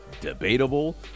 Debatable